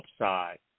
upside